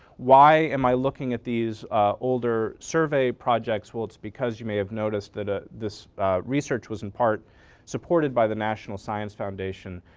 why am i looking at these older survey projects well, it's because you may have noticed that ah this research was in part supported by the national science foundation.